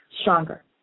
stronger